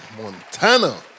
Montana